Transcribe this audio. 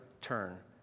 turn